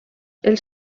els